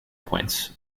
points